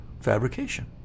fabrication